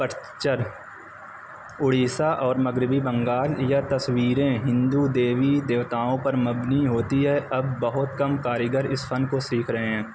پڑچر اڑیسہ اور مغربی بنگال یہ تصویریں ہندو دیوی دیوتاؤں پر مبنی ہوتی ہے اب بہت کم کاریگر اس فن کو سیکھ رہے ہیں